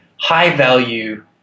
high-value